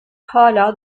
hâlâ